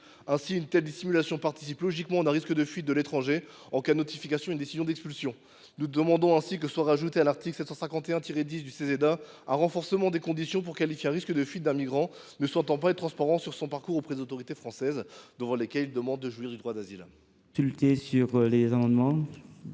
pays. Une telle dissimulation participe logiquement d’un risque de fuite en cas de notification d’une décision d’expulsion. Nous demandons ainsi que soit ajouté à l’article L. 751 10 du Ceseda un renforcement des conditions pour qualifier un risque de fuite d’un migrant ne souhaitant pas être transparent sur son parcours auprès des autorités françaises, devant lesquelles il demande à jouir du droit d’asile.